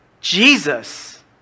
Jesus